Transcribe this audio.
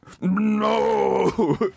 no